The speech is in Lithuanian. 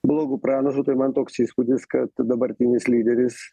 blogu pranašu tai man toks įspūdis kad dabartinis lyderis